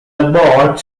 abbott